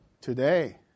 today